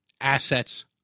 assets